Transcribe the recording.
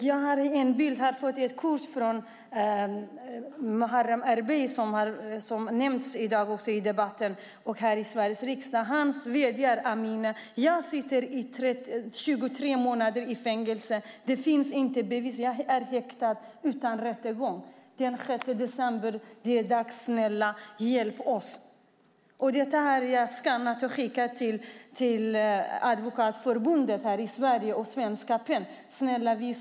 Jag har fått ett kort från Muharrem Erbey som nämnts i dagens debatt här i Sveriges riksdag. Han vädjar och säger att han är häktad utan rättegång och att han suttit i fängelse i 23 månader utan att det finns några bevis mot honom. Den 6 december är det dags. Snälla, hjälp oss, skriver han. Detta kort har jag skannat in och skickat till Advokatförbundet här i Sverige och till Svenska PEN.